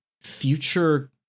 future